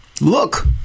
look